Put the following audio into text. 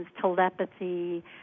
telepathy